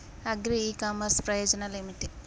Agri e commerce ప్రయోజనాలు ఏమిటి?